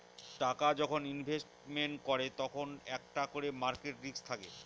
টাকা যখন ইনভেস্টমেন্ট করে তখন একটা করে মার্কেট রিস্ক থাকে